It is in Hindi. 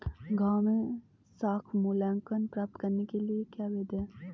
गाँवों में साख मूल्यांकन प्राप्त करने की क्या विधि है?